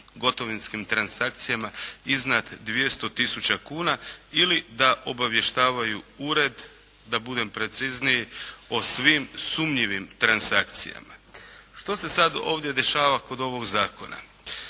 gotovinskim transakcijama iznad 200 tisuća kuna ili da obavještavaju ured, da budem precizniji o svim sumnjivim transakcijama. Što se sad ovdje dešava kod ovog Zakona?